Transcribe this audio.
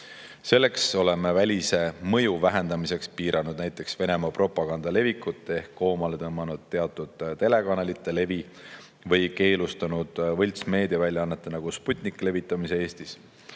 Selleks oleme välise mõju vähendamiseks piiranud näiteks Venemaa propaganda levikut ehk koomale tõmmanud teatud telekanalite levi või keelustanud võltsmeediaväljaannete, nagu Sputnik, levitamise Eestis.